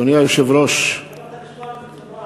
אתה נשמע מצוברח.